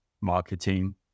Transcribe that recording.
marketing